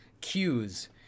cues